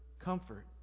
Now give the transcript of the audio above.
comfort